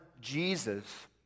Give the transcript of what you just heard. Jesus